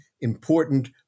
important